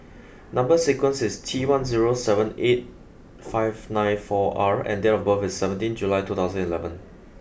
number sequence is T one zero seven eight five nine four R and date of birth is seventeen July two thousand and eleven